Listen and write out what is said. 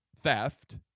theft